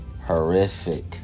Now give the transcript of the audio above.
horrific